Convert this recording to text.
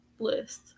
list